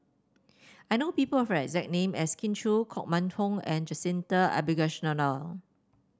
I know people who have the exact name as Kin Chui Koh Mun Hong and Jacintha Abisheganaden